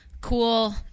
cool